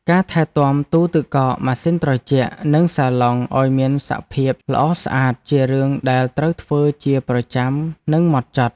ការថែទាំទូទឹកកកម៉ាស៊ីនត្រជាក់និងសាឡុងឱ្យមានសភាពល្អស្អាតជារឿងដែលត្រូវធ្វើជាប្រចាំនិងម៉ត់ចត់។